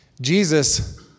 Jesus